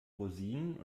rosinen